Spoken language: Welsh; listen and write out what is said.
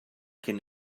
cyn